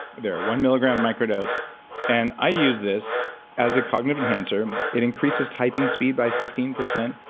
there, one milligram micro-dose and i use this as a cognitive enhancer. it increases typing speed by fifteen percent,